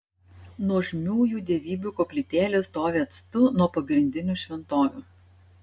nuožmiųjų dievybių koplytėlės stovi atstu nuo pagrindinių šventovių